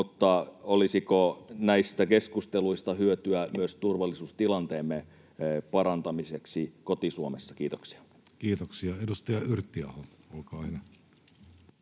olisiko näistä keskusteluista hyötyä myös turvallisuustilanteemme parantamiseksi koti-Suomessa? — Kiitoksia. Kiitoksia. — Edustaja Yrttiaho, olkaa hyvä.